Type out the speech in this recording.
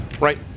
right